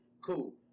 cool